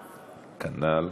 כנ"ל.